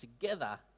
together